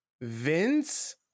Vince